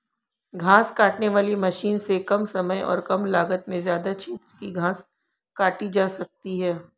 घास काटने वाली मशीन से कम समय और कम लागत में ज्यदा क्षेत्र की घास काटी जा सकती है